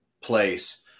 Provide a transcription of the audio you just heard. place